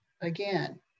again